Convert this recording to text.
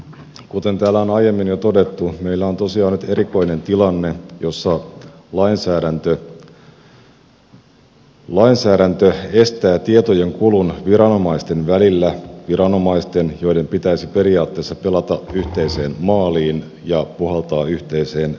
kuten täällä on aiemmin jo todettu meillä on tosiaan nyt erikoinen tilanne jossa lainsäädäntö estää tietojen kulun viranomaisten välillä viranomaisten joiden pitäisi periaatteessa pelata yhteiseen maaliin ja puhaltaa yhteiseen veronmaksajan hiileen